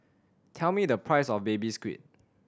tell me the price of Baby Squid